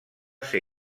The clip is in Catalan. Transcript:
ser